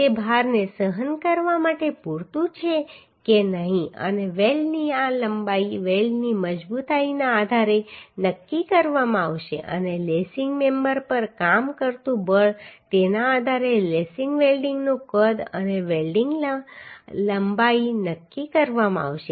તે ભારને સહન કરવા માટે પૂરતું છે કે નહીં અને વેલ્ડની આ લંબાઈ વેલ્ડની મજબૂતાઈના આધારે નક્કી કરવામાં આવશે અને લેસિંગ મેમ્બર પર કામ કરતું બળ તેના આધારે લેસિંગ વેલ્ડિંગનું કદ અને વેલ્ડિંગ લંબાઈ નક્કી કરવામાં આવશે